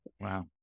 Wow